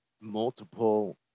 multiple